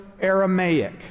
Aramaic